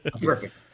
Perfect